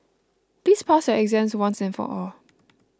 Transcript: please pass your exams once and for all